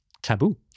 taboo